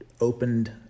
opened